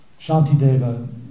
Shantideva